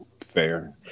Fair